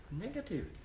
negative